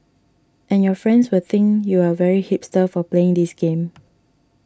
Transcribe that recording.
and your friends will think you are very hipster for playing this game